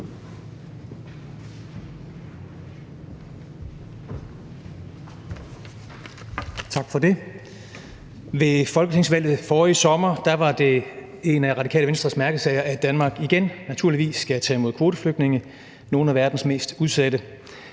Ved folketingsvalget forrige sommer var det en af Radikale Venstres mærkesager, at Danmark igen naturligvis skal tage imod kvoteflygtninge, nogle af verdens mest udsatte.